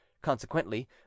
consequently